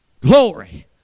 Glory